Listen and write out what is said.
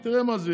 תראה מה זה,